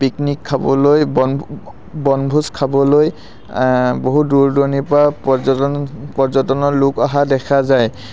picnic খাবলৈ বনভোজ খাবলৈ বহু দূৰ দূৰণিৰপৰা পৰ্যটন পৰ্যটনৰ লোক অহা দেখা যায়